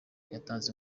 yatanze